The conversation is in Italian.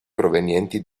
provenienti